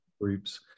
groups